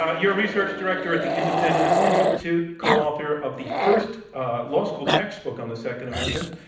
ah you're research director at the independence institute, co-author of the first law school textbook on the second amendment.